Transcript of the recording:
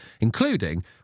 including